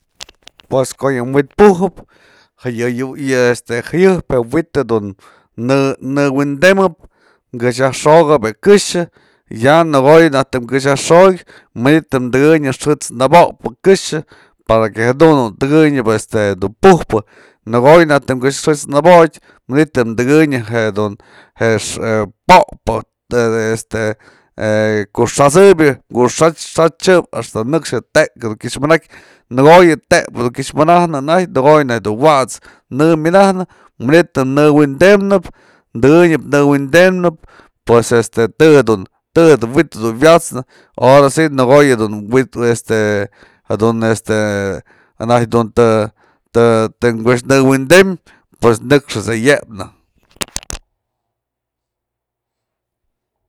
Pues ko'o yë wi'itpujëp yë, yë este jëyëjpë je wi'it jedu në-nëwi'indemäp, këx yajxokëp këxë, ya nakoya najk të këx yajxokë manytë dëkënyëp xë'ët's nabopnäp këxë, para que jadun tëkënyëp este jedun pujpë, nakoya najk të këx xë'ët's yajnäbotyë manytë dëkënyëp jedun je pop'pë este kuxät'sëbyë, ku xa'ax xa'axtyëp axtä nëkxë je te'ek kyëx myënak nakoya tekpë dun kyëx manak nayjtë, nakoya du wat's në myanajpë, manytë në nëwi'indemäp, tëkënyëp nëwi'indemnë pues este, të je du të je du wi'i je du wyat'snë, ahora si nëkoyë dun wi'it este, jadun este najtyë dun tëm këx nëwi'indemë, pues nëkxët's je yepnë.